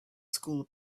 school